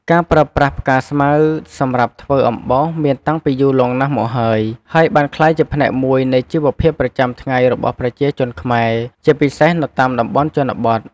ការប្រើប្រាស់ផ្កាស្មៅ សម្រាប់ធ្វើអំបោសមានតាំងពីយូរលង់ណាស់មកហើយ ហើយបានក្លាយជាផ្នែកមួយនៃជីវភាពប្រចាំថ្ងៃរបស់ប្រជាជនខ្មែរ ជាពិសេសនៅតាមតំបន់ជនបទ។។